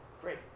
Great